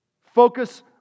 Focus